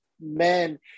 men